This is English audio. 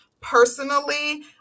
personally